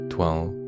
Twelve